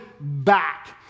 back